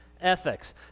ethics